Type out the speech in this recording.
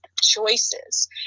choices